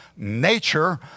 nature